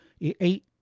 eight